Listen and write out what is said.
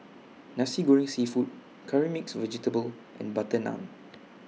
Nasi Goreng Seafood Curry Mixed Vegetable and Butter Naan